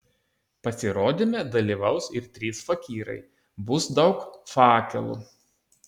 pasirodyme dalyvaus ir trys fakyrai bus daug fakelų